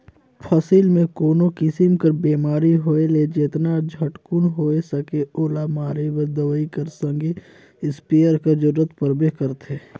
फसिल मे कोनो किसिम कर बेमारी होए ले जेतना झटकुन होए सके ओला मारे बर दवई कर संघे इस्पेयर कर जरूरत परबे करथे